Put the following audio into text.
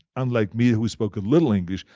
unlike me who spoke a little english.